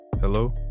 Hello